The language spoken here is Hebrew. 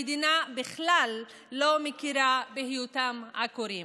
המדינה בכלל לא מכירה בהיותם עקורים.